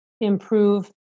improve